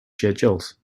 schedules